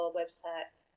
websites